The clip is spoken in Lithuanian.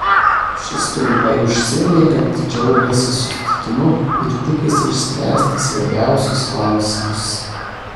šis trumpai užsiminė kad džiaugiasi susitikimu ir tikisi išspręsti svarbiausius klausimus